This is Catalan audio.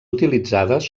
utilitzades